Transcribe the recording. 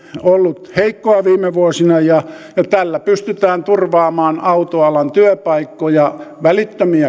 ollut heikkoa viime vuosina tällä pystytään turvaamaan autoalan työpaikkoja välittömästi